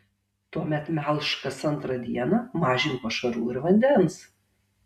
tuomet melžk kas antrą dieną mažink pašarų ir vandens